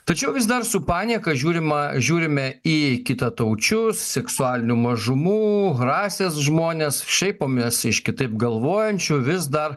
tačiau vis dar su panieka žiūrima žiūrime į kitataučius seksualinių mažumų rasės žmones šaipomės iš kitaip galvojančių vis dar